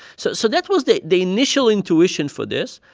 so so that was the the initial intuition for this.